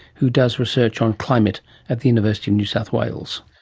who does research on climate at the university of new south wales.